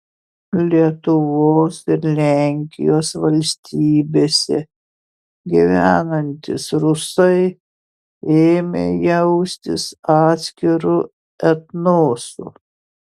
lietuvos ir lenkijos valstybėse gyvenantys rusai ėmė jaustis atskiru etnosu